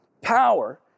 power